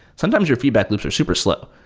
sometimes your feedback loops are super slow.